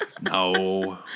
No